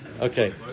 Okay